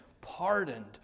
pardoned